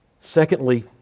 Secondly